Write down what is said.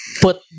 put